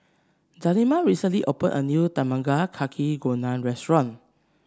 Zelma recently opened a new Tamago Kake Gohan restaurant